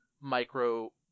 micro